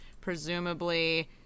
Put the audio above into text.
presumably